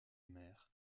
mer